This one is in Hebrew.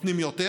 נותנים יותר.